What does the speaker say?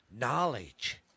knowledge